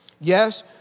Yes